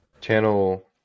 channel